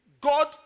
God